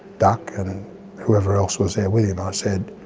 duck and whoever else was there with him. i said,